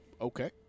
Okay